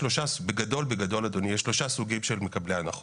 בגדול, יש שלושה סוגים של מקבלי הנחות: